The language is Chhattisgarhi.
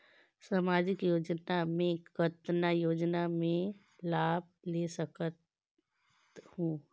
समाजिक योजना मे कतना योजना मे लाभ ले सकत हूं?